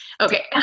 Okay